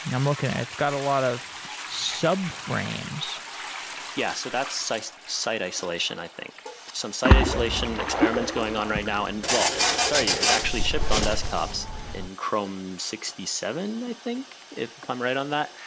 i'm looking at it. it's got a lot of sub-frames yeah. so that's site site isolation i think. some site isolation experiments going on right now. and well, sorry it actually shipped on desktops in chrome sixty seven, i think, if i'm right on that.